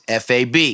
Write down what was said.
FAB